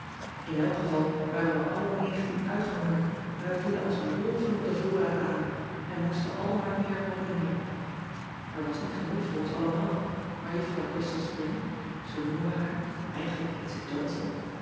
n elk geval waren wij alle uitgehongerd en we vielen als wolven op den voorraad aan en moesten al maar meer honing hebben r ean ebster adertje angbeen was niet genoeg voor ons allemaal maar uffrouw rystal pring zoo noemen wij haar eigenlijk heet